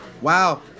Wow